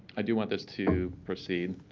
i do want this to proceed.